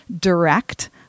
direct